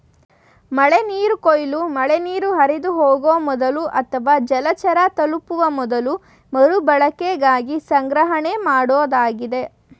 ಮಳೆನೀರು ಕೊಯ್ಲು ಮಳೆನೀರು ಹರಿದುಹೋಗೊ ಮೊದಲು ಅಥವಾ ಜಲಚರ ತಲುಪುವ ಮೊದಲು ಮರುಬಳಕೆಗಾಗಿ ಸಂಗ್ರಹಣೆಮಾಡೋದಾಗಿದೆ